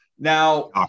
Now